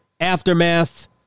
Aftermath